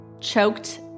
choked